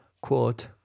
quote